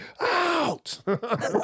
out